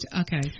okay